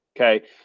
Okay